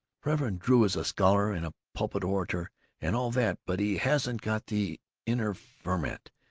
reverend drew is a scholar and a pulpit orator and all that, but he hasn't got the inner ferment,